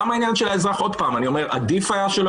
גם העניין של האזרח עדיף היה שלא